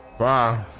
brah